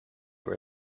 were